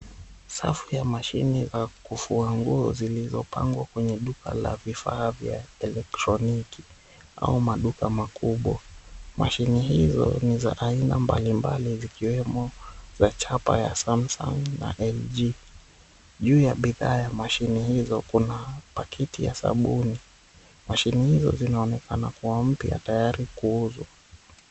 Safu ya mashini za kufua nguo zilizopangwa kwenye duka la vifaa vya elektroniki au maduka makubwa. Mashini hizo ni za aina mbali mbali zikiwemo za chapa ya Samsung na LG. Juu ya bidhaa ya mashini hizo kuna pakiti ya sabuni. Mashini hizo zinaonekana kuwa mpya tayari kuuzwa.